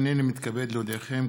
הינני מתכבד להודיעכם,